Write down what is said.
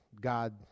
God